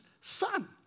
Son